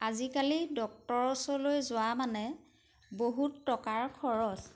আজিকালি ডক্তৰৰ ওচৰলৈ যোৱা মানে বহুত টকাৰ খৰচ